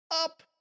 Up